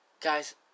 Guys